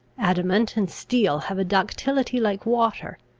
adamant and steel have a ductility like water,